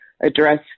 address